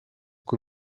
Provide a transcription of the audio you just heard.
kui